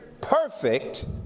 perfect